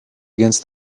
against